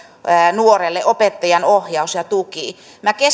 nuorelle opettajan ohjaus ja tuki minä